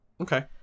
Okay